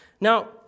Now